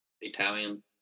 Italian